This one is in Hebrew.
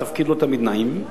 התפקיד לא תמיד נעים,